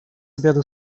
obiadu